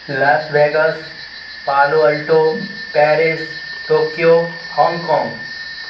Las Vegas palo alto Paris Tokyo Hong Kong